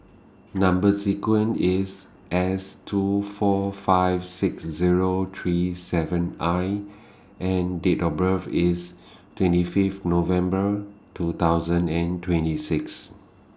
Number sequence IS S two four five six Zero three seven I and Date of birth IS twenty Fifth November two thousand and twenty six